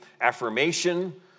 affirmation